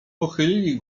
pochylili